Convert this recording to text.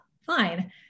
fine